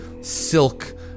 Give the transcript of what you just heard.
silk